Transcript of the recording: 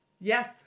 Yes